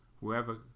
Whoever